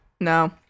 no